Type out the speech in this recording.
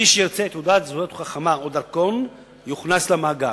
מי שירצה תעודת זהות חכמה או דרכון יוכנס למאגר.